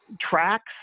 tracks